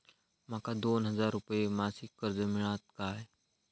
माका दोन हजार रुपये मासिक कर्ज मिळात काय?